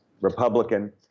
Republican